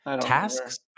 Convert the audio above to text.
Tasks